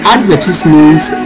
Advertisements